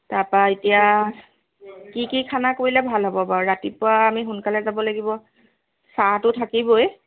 তাৰ পৰা এতিয়া কি কি খানা কৰিলে ভাল হ'ব বাৰু ৰাতিপুৱা আমি সোনকালে যাব লাগিব চাহটো থাকিবই